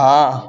हाँ